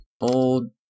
old